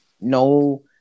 No